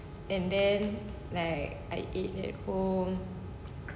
and then like I eat at home